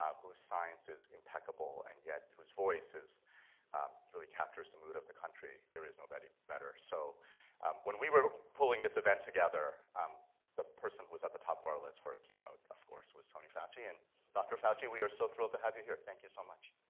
um who's science is impeccable, and yet whose voice really captures the mood of the country, there is nobody better. so when we were pulling this event together, um the person who was at the top of our list for a keynote, of course, was tony fauci. and dr. fauci, we are so thrilled to have you here. thank you so much.